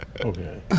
Okay